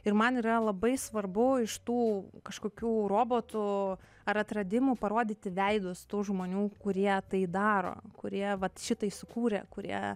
ir man yra labai svarbu iš tų kažkokių robotų ar atradimų parodyti veidus tų žmonių kurie tai daro kurie vat šitai sukūrė kurie